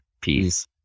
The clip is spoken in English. peace